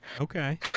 okay